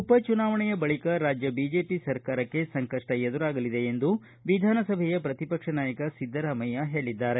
ಉಪ ಚುನಾವಣೆಯ ಬಳಿಕ ರಾಜ್ಯ ಬಿಜೆಪಿ ಸರ್ಕಾರಕ್ಷ ಸಂಕಷ್ಷ ಎದುರಾಗಲಿದೆ ಎಂದು ವಿಧಾನಸಭೆ ಪ್ರತಿಪಕ್ಷ ನಾಯಕ ಸಿದ್ದರಾಮಯ್ಯ ಹೇಳದ್ದಾರೆ